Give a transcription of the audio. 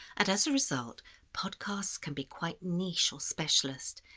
and as a result podcasts can be quite niche or specialist,